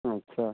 अच्छा